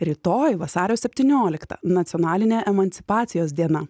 rytoj vasario septyniolikta nacionaline emancipacijos diena